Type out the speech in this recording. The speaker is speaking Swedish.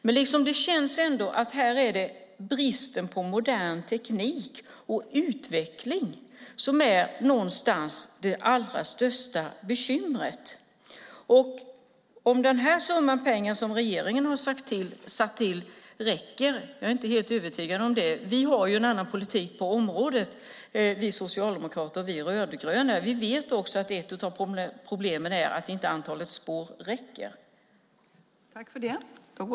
Men det känns ändå som att det är bristen på modern teknik och utveckling som är det allra största bekymret. Jag är inte helt övertygad om att den summa pengar som regeringen har satt till räcker. Vi har en annan politik på området, vi socialdemokrater och vi rödgröna. Vi vet också att ett av problemen är att antalet spår inte räcker.